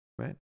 Right